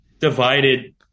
divided